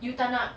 you tak nak